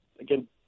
again –